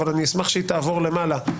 אבל אני אשמח שהיא תעבור למעלה.